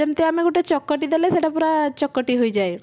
ଯେମିତି ଆମେ ଗୋଟିଏ ଚକଟି ଦେଲେ ସେଟା ପୁରା ଚକଟି ହୋଇଯାଏ